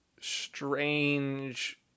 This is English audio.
strange